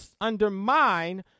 undermine